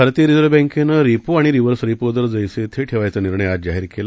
भारतीय रिझर्व्ह बँकेनं रेपो आणि रिव्हर्स रेपो दर जैसे थे ठेवायचा निर्णय आज जाहीर केला